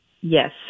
Yes